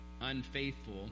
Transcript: unfaithful